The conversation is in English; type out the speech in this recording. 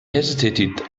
hesitated